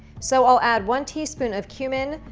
so i'll add one teaspoon of cumin,